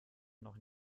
noch